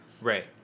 Right